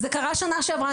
זה קרה שנה שעברה,